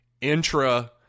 intra